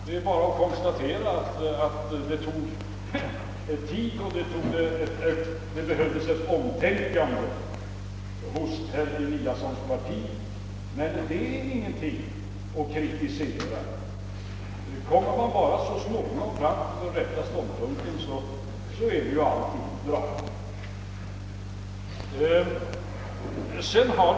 Det är bara att konstatera att det tog tid och att det behövdes ett omtänkande hos herr Eliassons parti, men det är ingenting att kritisera. Når man bara så småningom fram till den rätta ståndpunkten är ju allting bra.